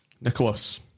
Nicholas